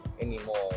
Anymore